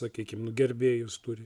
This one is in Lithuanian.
sakykim nu gerbėjus turi